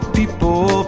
people